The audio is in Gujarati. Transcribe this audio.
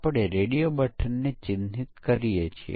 આપણે આ પાસાઓને પછીથી વધુ વિગતવાર જોશું